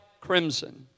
crimson